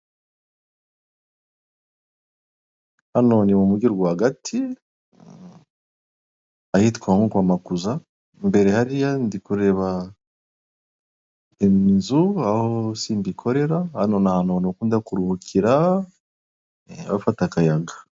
Hano ni mumugi rwagati ahitwa nko kwa Makuza, imbere hariya ndi kureba inzu aho simba ikorera hano ni ahantu bakunda kuruhukira, bafata akayaga.